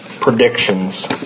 predictions